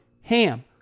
HAM